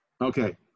Okay